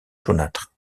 jaunâtre